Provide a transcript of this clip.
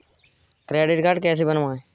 Credit card कैसे बनवाएँ?